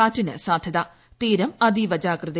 കാറ്റിന് സാധ്യത തീരം അതീവ ജാഗ്രതയിൽ